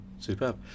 Superb